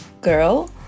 girl